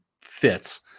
fits